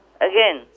again